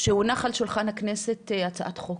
שהונח על שולחן הכנסת הצעת חוק,